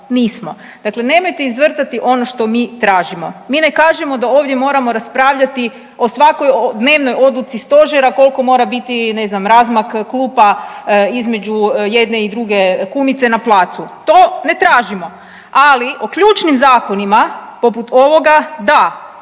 Nismo. Dakle, nemojte izvrtati ono što mi tražimo. Mi ne kažemo da ovdje moramo raspravljati o svakoj dnevnoj odluci Stožera koliko mora biti razmak klupa između jedne i druge kumice na placu to ne tražimo. Ali o ključnim zakonima poput ovoga da